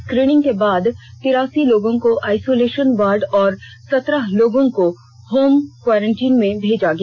screening के बाद तिरासी लोगों को आइसोलेषन वार्ड और सत्रह लोगों को होम क्वारेंटीन में भेजा गया